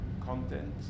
content